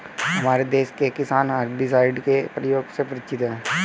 क्या हमारे देश के किसान हर्बिसाइड्स के प्रयोग से परिचित हैं?